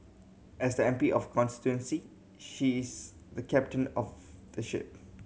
as the M P of the constituency she is the captain of the ship